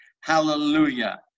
Hallelujah